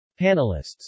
Panelists